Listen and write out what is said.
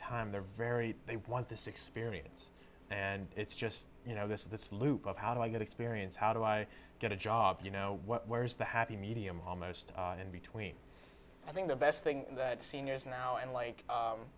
time they're very they want this experience and it's just you know this is this loop of how do i get experience how do i get a job where is the happy medium almost in between i think the best thing that seniors now and like